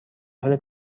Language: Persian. حال